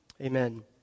Amen